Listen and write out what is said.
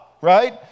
right